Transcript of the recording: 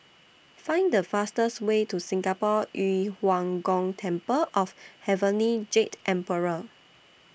Find The fastest Way to Singapore Yu Huang Gong Temple of Heavenly Jade Emperor